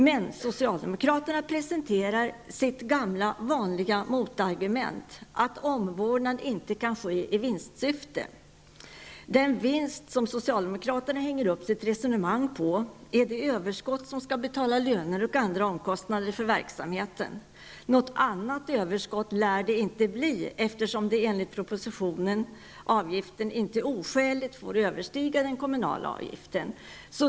Men socialdemokraterna presenterar sitt gamla vanliga motargument, att omvårdnad inte kan ske i vinstsyfte. Den vinst som socialdemokraterna hänger sitt resonemang på är det överskott som skall betala löner och andra omkostnader för verksamheten. Något annat överskott lär det inte bli, eftersom enligt propositionen avgiften inte oskäligt får överstiga den kommunala avgiften.